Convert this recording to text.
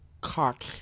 cock